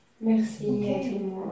Merci